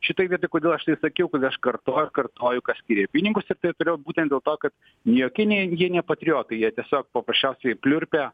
šitoj vietoj kodėl aš tai sakiau kad aš kartoju kartoju kas skyrė pinigus ir turėjo turėjo būtent dėl to kad ne jokie jie ne jie ne patriotai jie tiesiog paprasčiausiai pliurpia